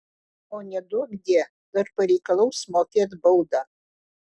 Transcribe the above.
o neduokdie dar pareikalaus mokėt baudą